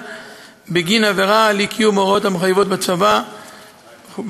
בגין עבירה של אי-קיום הוראות המחייבות בצבא וכו'.